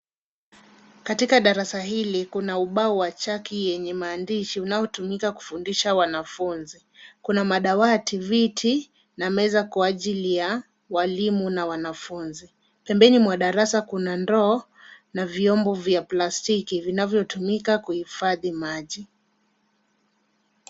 Katika darasa hili kuna ubao wa chaki yenye maandishi unaotumika kufundisha wanafunzi. Kuna madawati, viti na meza kwa ajili ya walimu na wanafunzi. Pembeni mwa darasa kuna ndoo na vyombo vya plastiki vinavyotumika kuhifadhi maji.